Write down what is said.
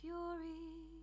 Fury